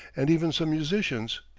and even some musicians.